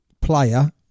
player